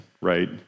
Right